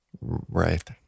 Right